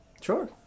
Sure